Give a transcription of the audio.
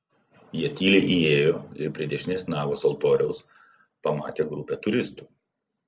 jie tyliai įėjo ir prie dešinės navos altoriaus pamatė grupę turistų